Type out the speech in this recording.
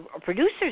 producers